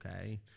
okay